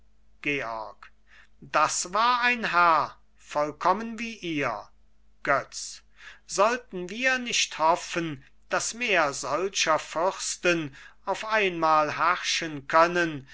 georg das war ein herr vollkommen wie ihr götz sollten wir nicht hoffen daß mehr solcher fürsten auf einmal herrschen können